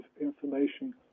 information